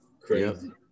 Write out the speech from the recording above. Crazy